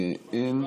אין.